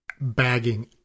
bagging